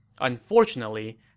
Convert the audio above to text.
Unfortunately